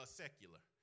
secular